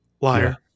liar